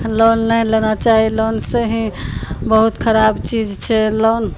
loan नहि लेना चाही लोनसँ है कि बहुत खराब चीज छै लोन